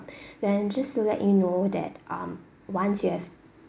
then just to let you know that um once you have